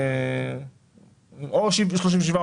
אחוזים.